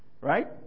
right